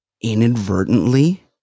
inadvertently